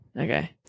Okay